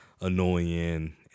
annoying